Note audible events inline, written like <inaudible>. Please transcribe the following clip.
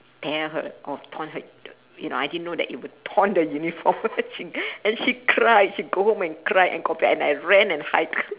tear her or torn her you know I didn't know that it will torn the uniform <laughs> she and she cried she go home and cried and complain and I ran and hide <laughs>